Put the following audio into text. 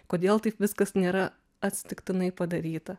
kodėl taip viskas nėra atsitiktinai padaryta